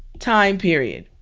time period.